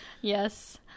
yes